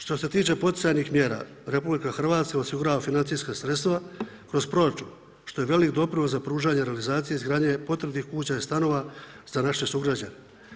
Što se tiče poticajnih mjera, RH osigurava financijska sredstva kroz proračun što je veliki doprinos za pružanje realizacije izgradnje potrebnih kuća i stanova za naše sugrađane.